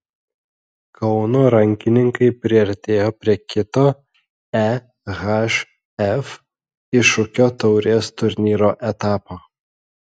kauno rankininkai priartėjo prie kito ehf iššūkio taurės turnyro etapo